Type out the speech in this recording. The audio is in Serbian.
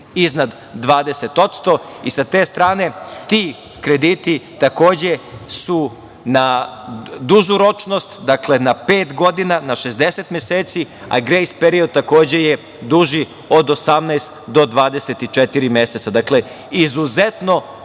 iznad 20%.Sa te strane, ti krediti takođe su na dužu ročnost, dakle na pet godina, na 60 meseci, a grejs period, takođe je duži od 18 do 24 meseca. Dakle, izuzetno